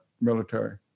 military